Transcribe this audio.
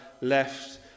left